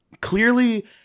clearly